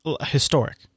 historic